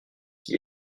qui